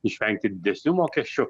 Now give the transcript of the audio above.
išvengti didesnių mokesčių